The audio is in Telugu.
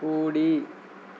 కూడి